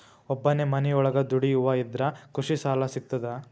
ಒಬ್ಬನೇ ಮನಿಯೊಳಗ ದುಡಿಯುವಾ ಇದ್ರ ಕೃಷಿ ಸಾಲಾ ಸಿಗ್ತದಾ?